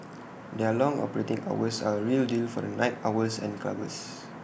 their long operating hours are A real deal for the night owls and clubbers